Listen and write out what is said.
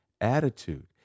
attitude